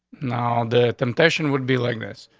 now, the temptation would be like this.